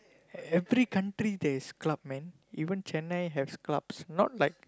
every country there's club man even Chennai has clubs not like